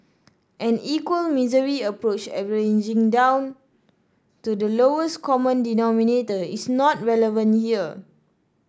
an equal misery approach averaging down to the lowest common denominator is not relevant here